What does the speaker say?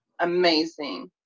amazing